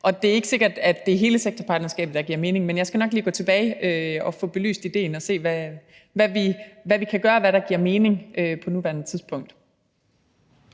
og det er ikke sikkert, at det er hele sektorpartnerskabet, der giver mening, men jeg skal nok lige gå tilbage og få belyst idéen og se på, hvad vi kan gøre, og hvad der giver mening på nuværende tidspunkt.